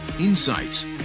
insights